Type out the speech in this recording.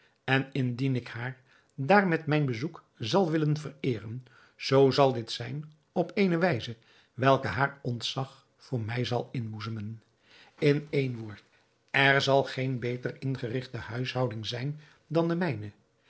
en indien ik haar daar met mijn bezoek zal willen vereeren zoo zal dit zijn op eene wijze welke haar ontzag voor mij zal inboezemen in één woord er zal geene beter ingerigte huishouding zijn dan de mijne